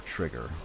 Trigger